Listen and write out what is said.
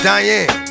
Diane